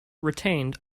retained